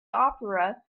opera